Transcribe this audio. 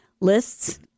lists